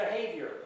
behavior